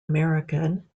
american